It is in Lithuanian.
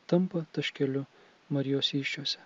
tampa taškeliu marijos įsčiose